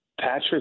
Patrick